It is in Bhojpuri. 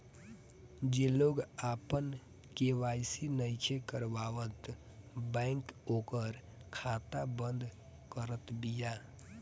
जे लोग आपन के.वाई.सी नइखे करावत बैंक ओकर खाता बंद करत बिया